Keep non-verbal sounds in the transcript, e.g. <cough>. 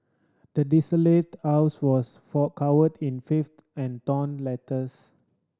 the desolated <unintelligible> was for covered in filth and torn letters